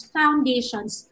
foundations